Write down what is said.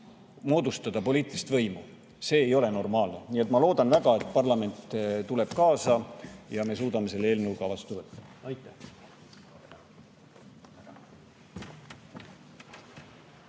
moodustada poliitilist võimu – see ei ole normaalne. Nii et ma loodan väga, et parlament tuleb kaasa ja me suudame selle eelnõu ka vastu võtta. Aitäh!